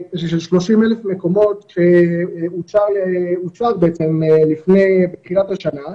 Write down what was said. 30,000 מקומות שהוצג בעצם בתחילת השנה,